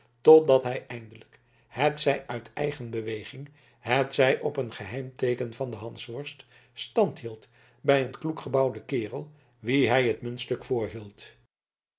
totdat hij eindelijk hetzij uit eigen beweging hetzij op een geheim teeken van den hansworst stand hield bij een kloek gebouwden kerel wien hij het muntstuk voorhield